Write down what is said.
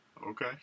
Okay